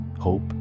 hope